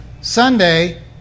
Sunday